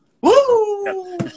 Woo